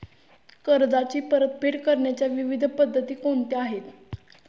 कर्जाची परतफेड करण्याच्या विविध पद्धती कोणत्या आहेत?